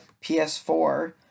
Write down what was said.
PS4